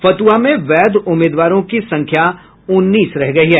फतुहा में वैध उम्मीदवारों की संख्या उन्नीस रह गयी है